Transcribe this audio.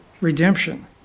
redemption